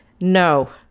No